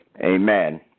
Amen